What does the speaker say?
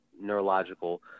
neurological